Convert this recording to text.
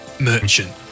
merchant